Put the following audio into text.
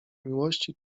miłości